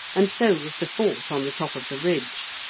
and so was the fort on the top of the ridge.